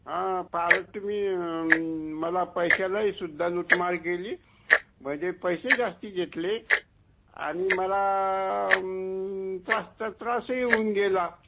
हां फारच तुम्ही मला पैशालाही सुध्दा लूटमार केली म्हणजे पैसेही जास्ती घेतले आणि मला त्रास चा त्रास ही होऊन गेला